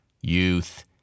Youth